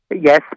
Yes